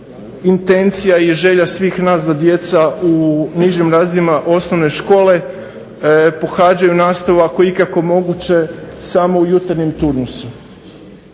Intencija i želja svih nas da djeca u nižim razredima osnovne škole pohađaju nastavu ako je ikako moguće samo u jutarnjem turnusu.